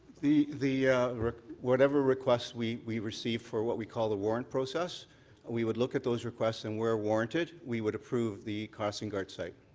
the the whatever requests we we received for what we call the warrant process we would look at those requests and where warranted we would approve the crossing guard site.